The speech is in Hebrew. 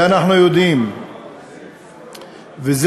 זה